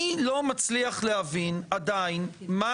אני עדיין לא מצליח להבין מה